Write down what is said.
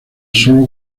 solo